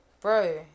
bro